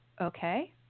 okay